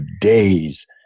days